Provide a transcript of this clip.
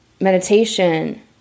meditation